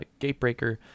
Gatebreaker